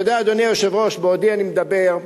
אדוני היושב-ראש, בעודי מדבר,